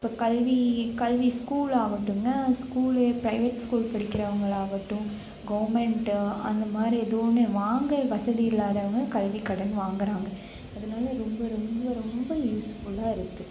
இப்போ கல்வி கல்வி ஸ்கூலாகட்டுங்க ஸ்கூலு பிரைவேட் ஸ்கூல் படிக்கிறவங்களாகட்டும் கவுர்மெண்ட்டு அந்த மாதிரி ஏதோ ஒன்று வாங்க வசதி இல்லாதவங்க கல்விக்கடன் வாங்குறாங்க அதனால ரொம்ப ரொம்ப ரொம்ப யூஸ்ஃபுல்லாக இருக்குது